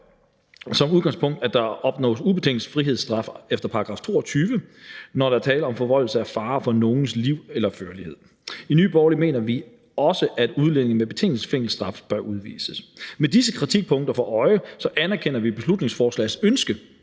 som udgangspunkt, at der opnås ubetinget frihedsstraf efter § 22, når der er tale om, at der er forvoldt fare for nogens liv eller førlighed. I Nye Borgerlige mener vi, at også udlændinge med en betinget fængselsstraf bør udvises. Med disse kritikpunkter for øje anerkender vi beslutningsforslagets ønske